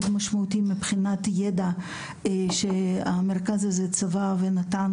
משמעותי מבחינת ידע שהמרכז הזה צבר ונתן,